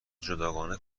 جداگانه